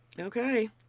Okay